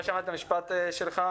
לא שמעתי את המשפט שלך.